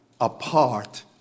apart